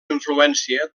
influència